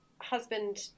husband